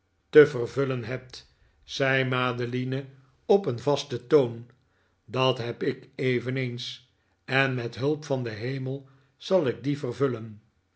te vervullen nikola as nickleby hebt zei madeline op een vasten toon dat heb ik eveneens en met hulp van den hemel zal ik dien vervullen